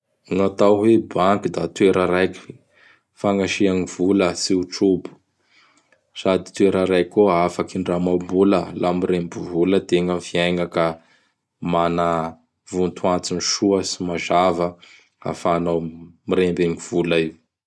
Gn'atao hoe banky da toera raiky fagnasia gny vola tsy ho trobo; sady toera raiky koa afaky indramam-bola laha miremby vola ategna amin'gny fiaigna ka mana votoantony soa sy mazava ahafahanao miremby agn vola io.